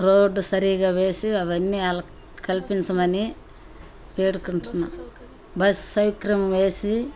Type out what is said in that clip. road సరిగా వేసి అవన్నీ వాళ్లకు కల్పించమని వేడుకుంటున్నాను బస్ సౌకార్యం వేసి